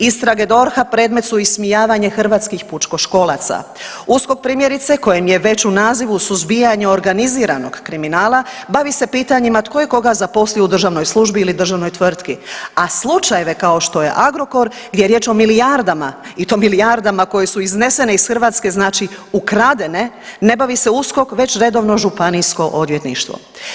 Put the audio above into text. Istrage DORH-a predmet su ismijavanja hrvatskih pučkoškolaca, USKOK primjerice kojem je već u nazivu suzbijanje organiziranog kriminala bavi se pitanjima tko je koga zaposlio u državnoj službi ili državnoj tvrtki, a slučajeve kao što je Agrokor gdje je riječ o milijardama i to milijardama koje su iznesene iz Hrvatske znači ukradene, ne bavi se USKOK već redovno županijsko odvjetništvo.